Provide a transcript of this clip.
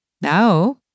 now